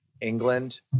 england